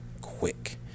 quick